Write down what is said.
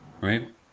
Right